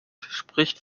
spricht